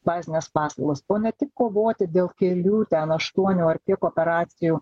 bazines paslaugas o ne tik kovoti dėl kelių ten aštuonių ar kiek operacijų